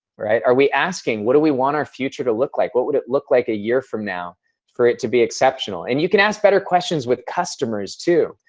are we asking, what do we want our future to look like? what would it look like a year from now for it to be exceptional? and you can ask better question with customers, too,